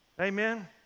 Amen